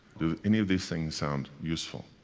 do any of these things sound useful?